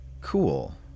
Cool